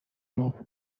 مبل